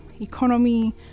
economy